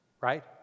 Right